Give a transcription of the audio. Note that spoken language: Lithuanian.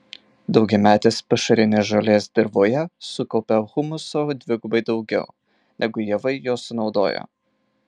daugiametės pašarinės žolės dirvoje sukaupia humuso dvigubai daugiau negu javai jo sunaudoja